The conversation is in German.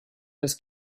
des